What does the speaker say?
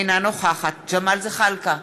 אינה נוכחת ג'מאל זחאלקה,